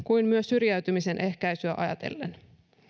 kuin myös syrjäytymisen ehkäisyä ajatellen